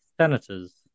Senators